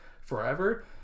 forever